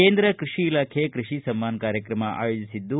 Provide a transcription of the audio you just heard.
ಕೇಂದ್ರ ಕೃಷಿ ಇಲಾಖೆ ಕೃಷಿ ಸಮ್ಮಾನ್ ಕಾರ್ಯಕ್ರಮ ಆಯೋಜಿಸಿದ್ದು